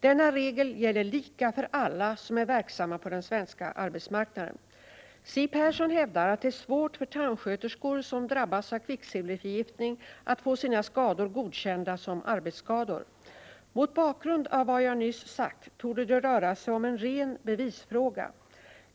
Denna regel gäller lika för alla som är verksamma på den svenska arbetsmarknaden. Siw Persson hävdar att det är svårt för tandsköterskor som drabbats av kvicksilverförgiftning att få sina skador godkända som arbetsskador. Mot bakgrund av vad jag nyss sagt torde det röra sig om en ren bevisfråga.